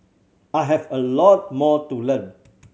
I have a lot more to learn